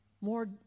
more